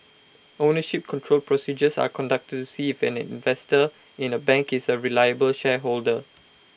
ownership control procedures are conducted to see if an investor in A bank is A reliable shareholder